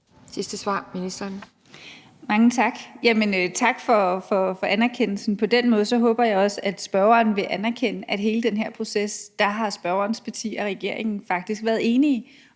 (Joy Mogensen): Mange tak. Tak for anerkendelsen. På den måde håber jeg også, at spørgeren vil anerkende, at hele den her proces har spørgerens parti og regeringen faktisk været enige om